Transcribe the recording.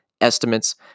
estimates